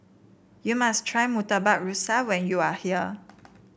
you must try Murtabak Rusa when you are here